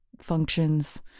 functions